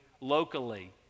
locally